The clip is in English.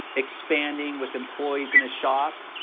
expanding with employees in a shop,